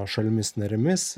šalimis narėmis